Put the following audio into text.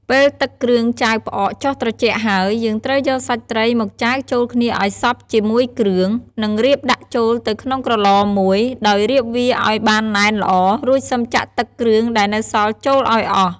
ពេលទឹកគ្រឿងចាវផ្អកចុះត្រជាក់ហើយ យើងត្រូវយកសាច់ត្រីមកចាវចូលគ្នាឱ្យសព្វជាមួយគ្រឿង និងរៀបដាក់ចូលទៅក្នុងក្រឡមួយ ដោយរៀបវាឱ្យបានណែនល្អ រួចសឹមចាក់ទឹកគ្រឿងដែលនៅសល់ចូលឱ្យអស់។